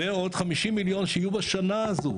ועוד 50 מיליון שיהיו בשנה הזו,